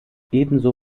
ebenso